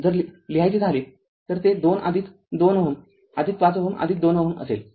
जर लिहायचे झाले तर ते २२ Ω ५ Ω २ Ω असेल